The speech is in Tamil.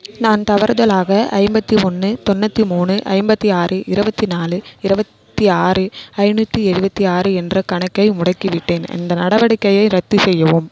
நான் தவறுதலாக ஐம்பத்தி ஒன்று தொண்ணூற்றி மூணு ஐம்பத்தி ஆறு இருபத்தி நாலு இருபத்தி ஆறு ஐந்நூற்றி எழுபத்தி ஆறு என்ற கணக்கை முடக்கிவிட்டேன் அந்த நடவடிக்கையை ரத்து செய்யவும்